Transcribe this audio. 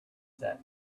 set